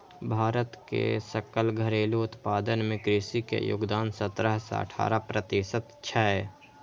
भारत के सकल घरेलू उत्पादन मे कृषि के योगदान सतरह सं अठारह प्रतिशत छै